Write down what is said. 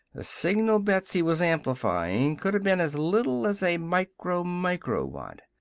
the signal betsy was amplifyin' coulda been as little as a micro-micro-watt.